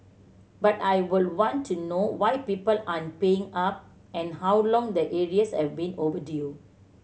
but I would want to know why people aren't paying up and how long the arrears have been overdue